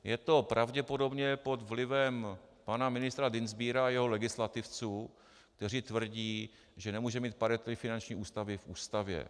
Je to pravděpodobně pod vlivem pana ministra Dienstbiera a jeho legislativců, kteří tvrdí, že nemůžeme mít parametry finanční ústavy v Ústavě.